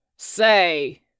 Say